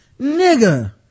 nigga